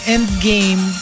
Endgame